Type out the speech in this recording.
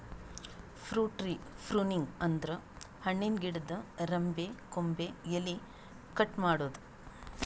fruit tree pruning ಅಂದ್ರ ಹಣ್ಣಿನ್ ಗಿಡದ್ ರೆಂಬೆ ಕೊಂಬೆ ಎಲಿ ಕಟ್ ಮಾಡದ್ದ್